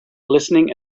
listening